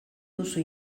duzu